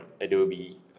Adobe